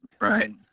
right